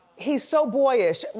he's so boyish.